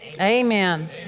Amen